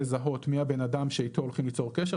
לזהות מי בן האדם שאיתו הולכים ליצור קשר.